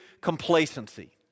complacency